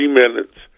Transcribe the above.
minutes